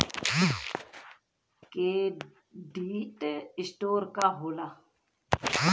Credit score का होला?